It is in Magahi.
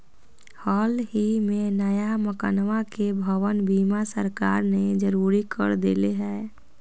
हल ही में नया मकनवा के भवन बीमा सरकार ने जरुरी कर देले है